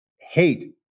hate